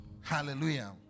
hallelujah